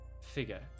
figure